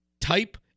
type